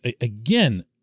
again